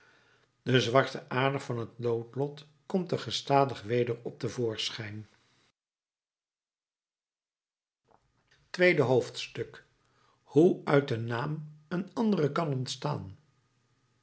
de zwarte ader van het noodlot komt er gestadig weder op te voorschijn tweede hoofdstuk hoe uit een naam een andere kan ontstaan